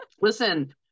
Listen